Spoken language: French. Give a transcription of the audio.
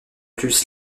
plus